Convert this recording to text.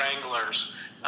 wranglers